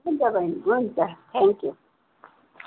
हुन्छ बहिनी हुन्छ थ्याङ्क यु